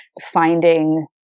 finding